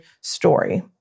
story